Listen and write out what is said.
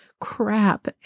crap